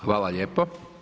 Hvala lijepo.